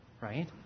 right